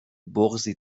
بغضی